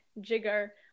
jigger